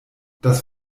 das